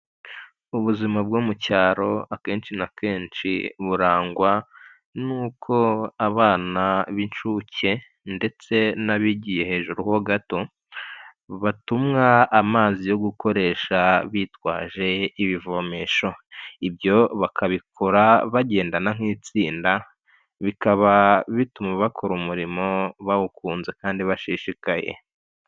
Ubuzima bwo mu cyaro akenshi na kenshi burangwa n'uko abana b'inshuke ndetse n'abigiye hejuru ho gato batumwa amazi yo gukoresha bitwaje ibivomesho, ibyo bakabikora bagendana nk'itsinda bikaba bituma bakora umurimo bawukunze kandi bashishikaye.